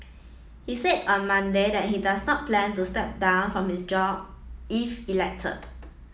he said on Monday that he does not plan to step down from his job if elected